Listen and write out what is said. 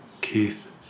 Keith